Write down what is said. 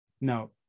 no